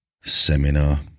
seminar